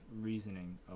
reasoning